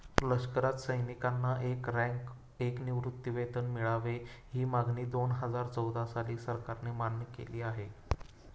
लष्करात सैनिकांना एक रँक, एक निवृत्तीवेतन मिळावे, ही मागणी दोनहजार चौदा साली सरकारने मान्य केली आहे